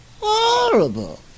horrible